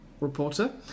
reporter